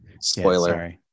spoiler